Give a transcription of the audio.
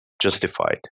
justified